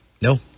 No